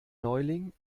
neuling